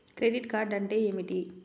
Credit card అంటే ఏమిటి?